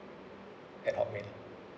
at hotmail